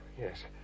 yes